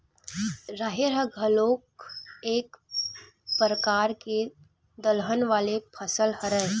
राहेर ह घलोक एक परकार के दलहन वाले फसल हरय